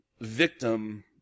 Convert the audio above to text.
victim